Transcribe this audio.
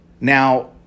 Now